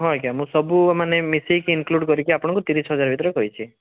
ହଁ ଆଜ୍ଞା ମୁଁ ସବୁ ଆ ମାନେ ମିଶେଇକି ଇନ୍କ୍ଲୁଡ଼ କରିକି ଆପଣଙ୍କୁ ତିରିଶ୍ ହଜାର୍ ଭିତରେ କହିଛି